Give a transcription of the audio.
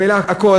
ממילא הכול,